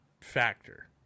factor